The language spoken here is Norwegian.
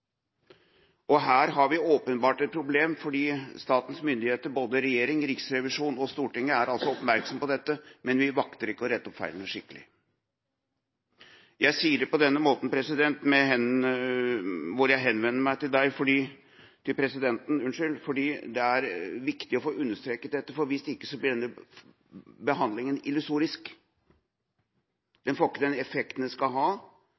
Her har vi åpenbart et problem, fordi statens myndigheter – både regjeringa, Riksrevisjonen og Stortinget – er oppmerksom på dette, men vi makter ikke å rette opp feilene skikkelig. Jeg sier det på denne måten, jeg henvender meg til presidenten, fordi det er viktig å få understreket dette – hvis ikke blir behandlinga illusorisk. Den får ikke den effekten den skal ha,